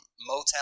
motel